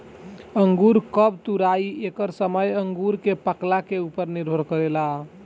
अंगूर कब तुराई एकर समय अंगूर के पाकला के उपर निर्भर करेला